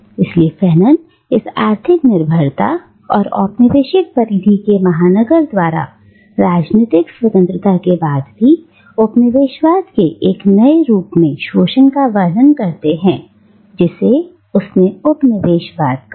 इसलिए पैनल इस आर्थिक निर्भरता और औपनिवेशिक परिधि के महानगर द्वारा राजनीतिक स्वतंत्रता के बाद भी उपनिवेशवाद के एक नए रूप में शोषण का वर्णन करता है जिसे उसने नव उपनिवेशवाद कहां